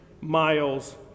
miles